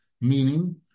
meaning